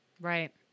Right